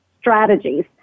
strategies